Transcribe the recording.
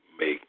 Make